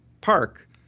park